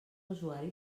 usuari